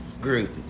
group